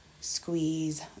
squeeze